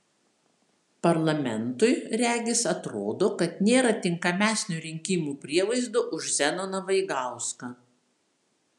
parlamentui regis atrodo kad nėra tinkamesnio rinkimų prievaizdo už zenoną vaigauską